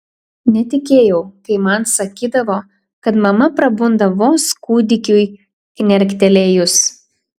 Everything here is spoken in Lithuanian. netikėjau kai man sakydavo kad mama prabunda vos kūdikiui knerktelėjus